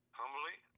humbly